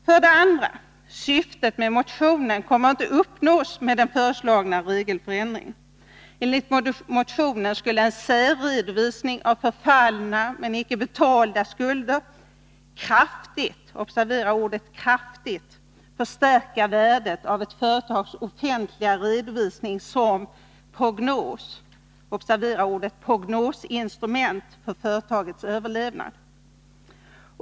För det andra: Syftet med motionen kommer inte att uppnås med den föreslagna regelförändringen. Enligt motionen skulle en särredovisning av förfallna men icke betalda skulder kraftigt förstärka värdet av ett företags offentliga redovisning som prognosinstrument för företagets överlevnad.